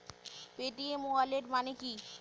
Paytm wallet মানে কি?